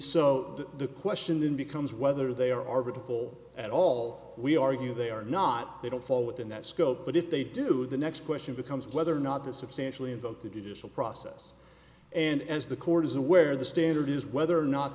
so the question then becomes whether they are beautiful at all we argue they are not they don't fall within that scope but if they do the next question becomes whether or not the substantially invoked the judicial process and as the court is aware the standard is whether or not